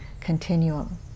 continuum